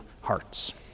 hearts